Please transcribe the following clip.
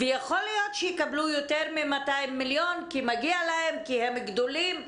יותר מ-200 מיליון כי מגיע להם, כי הם גדולים,